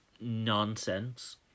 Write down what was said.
nonsense